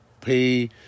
pay